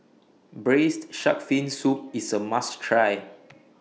Braised Shark Fin Soup IS A must Try